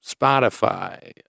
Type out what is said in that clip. spotify